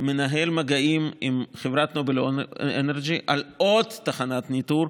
מנהל מגעים עם חברת נובל אנרג'י על עוד תחנת ניטור,